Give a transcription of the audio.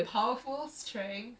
okay strength